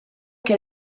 que